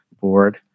board